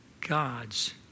God's